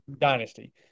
dynasty